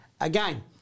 Again